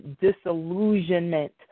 disillusionment